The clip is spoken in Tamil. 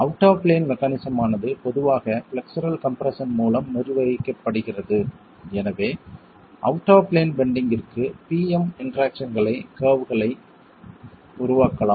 அவுட் ஆப் பிளேன் மெக்கானிசம் ஆனது பொதுவாக பிளக்சரல் கம்ப்ரெஸ்ஸன் மூலம் நிர்வகிக்கப்படுகிறது எனவே அவுட் ஆப் பிளேன் பெண்டிங்ற்கு P M இன்டெராக்சன் கர்வ்களை உருவாக்கலாம்